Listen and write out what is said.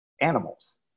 animals